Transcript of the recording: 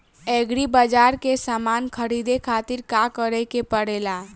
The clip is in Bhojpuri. एग्री बाज़ार से समान ख़रीदे खातिर का करे के पड़ेला?